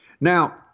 Now